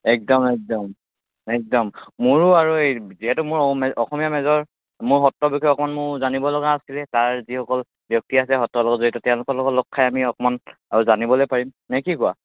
একদম একদম একদম মোৰো আৰু এই যিহেতু মোৰ অসমীয়া মেজৰ মোৰ সত্ৰৰ বিষয়ে অকণমান মোৰ জানিব লগা আছিলে তাৰ যিসকল ব্যক্তি আছে সত্ৰৰ লগত জড়িত তেওঁলোকৰ লগত লগ খাই আমি অকণমান আৰু জানিবলেই পাৰিম নে কি কোৱা